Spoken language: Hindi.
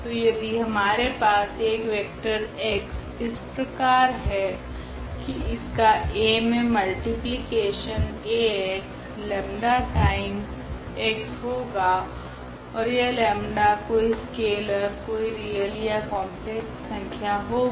तो यदि हमारे पास एक वेक्टर x इस प्रकार है की इसका A से multiplication Ax lambda 𝜆 time x होगा ओर यह लेम्डा 𝜆 कोई स्केलर कोई रियल या कॉम्प्लेक्स संख्या होगी